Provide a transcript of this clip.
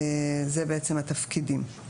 זה בעצם התפקידים.